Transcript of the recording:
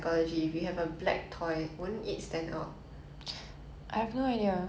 but what makes sense to us may not make sense to kids cause kids' brains very hard to understand [one]